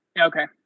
Okay